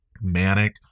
manic